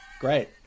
great